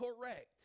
Correct